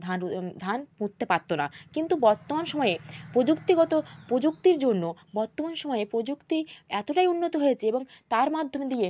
ধান রুই ধান পুঁততে পারতো না কিন্তু বর্তমান সময়ে প্রযুক্তিগত প্রযুক্তির জন্য বর্তমান সময়ে প্রযুক্তি এতটাই উন্নত হয়েছে এবং তার মাধ্যম দিয়ে